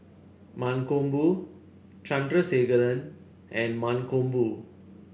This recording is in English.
Mankombu Chandrasekaran and Mankombu